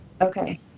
Okay